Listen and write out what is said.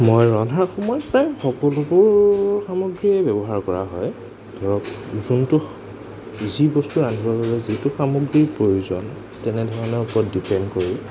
মই ৰন্ধাৰ সময়ত প্ৰায় সকলোবোৰ সামগ্ৰীয়ে ব্যৱহাৰ কৰা হয় ধৰক যোনটো যি বস্তু ৰান্ধিবৰ বাবে যিটো সামগ্ৰীৰ প্ৰয়োজন তেনেধৰণে ওপৰত ডিপেণ্ড কৰোঁ